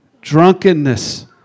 drunkenness